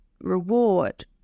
reward